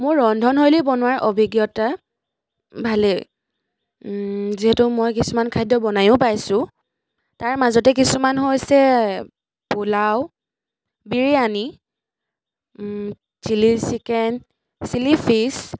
মোৰ ৰন্ধনশৈলী বনোৱাৰ অভিজ্ঞতা ভালেই যিহেতু মই কিছুমান খাদ্য বনাইয়ো পাইছো তাৰ মাজতে কিছুমান হৈছে pulao biryani chilli chicken chilli fish